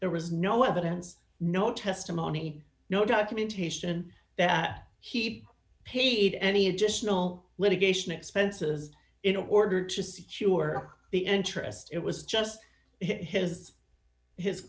there was no evidence no testimony no documentation that he paid any additional litigation expenses in order to secure the interest it was just his his